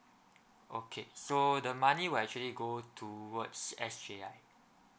okay so the money will actually go towards S_J_I